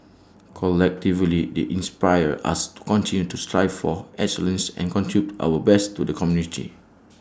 collectively they inspire us to continue to strive for excellence and contribute our best to the community